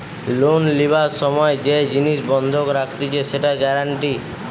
loan লিবার সময় যে জিনিস বন্ধক রাখতিছে সেটা গ্যারান্টি